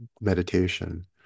meditation